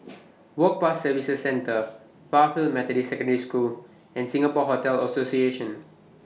Work Pass Services Centre Fairfield Methodist Secondary School and Singapore Hotel Association